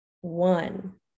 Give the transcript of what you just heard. one